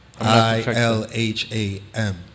I-L-H-A-M